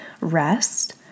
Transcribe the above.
rest